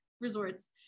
resorts